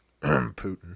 Putin